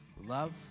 love